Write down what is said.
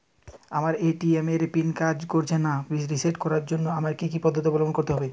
আমার এ.টি.এম এর পিন কাজ করছে না রিসেট করার জন্য আমায় কী কী পদ্ধতি অবলম্বন করতে হবে?